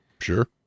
Sure